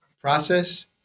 process